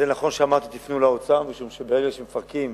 זה נכון שאמרתי: תפנו לאוצר, משום שברגע שמפרקים